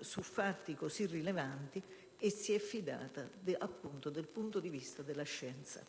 su fatti così rilevanti e si è fidata del punto di vista della scienza.